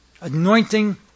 anointing